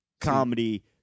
comedy